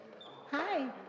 hi